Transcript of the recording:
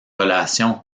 relation